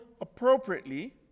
appropriately